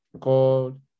called